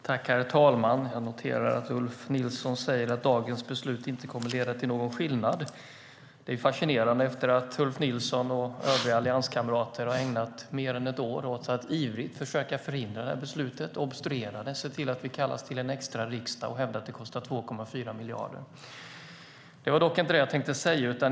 Herr talman! Jag noterar att Ulf Nilsson säger att beslutet om det vi diskuterar här i dag inte kommer att leda till någon skillnad. Det är fascinerande. Ulf Nilsson och hans allianskamrater har ju ägnat mer än ett år åt att ivrigt försöka förhindra det här beslutet, åt att obstruera och se till att vi kallas till en extra riksdag. Dessutom har det hävdats att det här kostar 2,4 miljarder. Det är dock inte det jag hade tänkt säga.